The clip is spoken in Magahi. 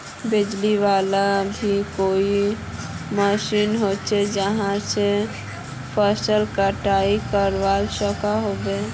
बिजली वाला भी कोई मशीन होचे जहा से फसल कटाई करवा सकोहो होबे?